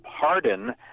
pardon